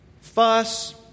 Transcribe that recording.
fuss